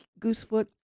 goosefoot